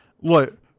Look